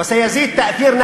ההשפעה שלנו ודאי תגדל.